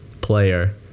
player